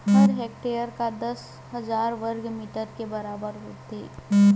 एक हेक्टेअर हा दस हजार वर्ग मीटर के बराबर होथे